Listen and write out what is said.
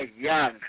Young